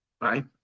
right